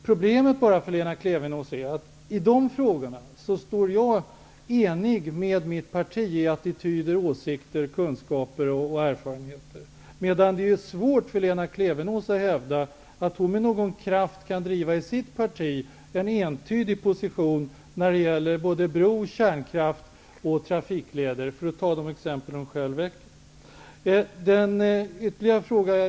Problemet för Lena Klevenås är att jag i dessa frågor är enig med mitt parti i attityder, åsikter, kunskaper och erfarenheter, medan det är svårt för Lena Klevenås att hävda att hon med någon kraft i sitt parti kan driva en entydig position när det gäller bro, kärnkraft och trafikleder, för att nämna de exempel som hon själv tog upp.